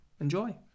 enjoy